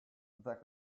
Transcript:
that